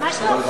ממש לא.